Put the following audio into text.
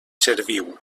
serviu